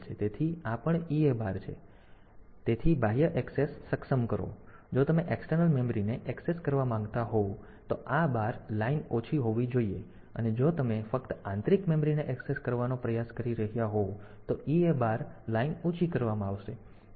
તેથી આ પણ EA બાર છે તેથી બાહ્ય ઍક્સેસ સક્ષમ કરો તેથી જો તમે એક્સટર્નલ મેમરીને એક્સેસ કરવા માંગતા હોવ તો આ બાર લાઇન ઓછી હોવી જોઈએ અને જો તમે ફક્ત આંતરિક મેમરીને ઍક્સેસ કરવાનો પ્રયાસ કરી રહ્યાં હોવ તો EA બાર લાઇન ઊંચી કરવામાં આવશે